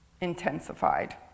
intensified